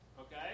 okay